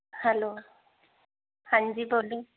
hello ਹਾਂਜੀ ਬੋਲੋ